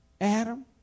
Adam